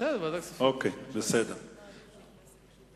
בסדר, ועדת הכספים.